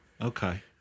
okay